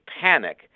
panic